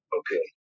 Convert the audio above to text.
okay